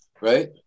right